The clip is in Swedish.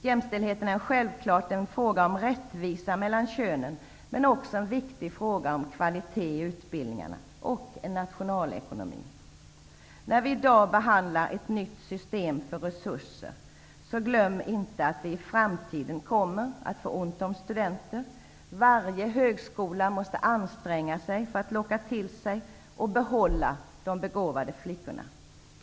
Jämställdheten är självklart en fråga om rättvisa mellan könen, men också en viktig fråga om kvalitet i utbildningarna och om nationalekonomi. När vi i dag behandlar ett nytt system för resurser, så glöm inte att vi i framtiden kommer att få ont om studenter. Varje högskola måste anstränga sig för att locka till sig och behålla de begåvade flickorna.